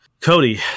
Cody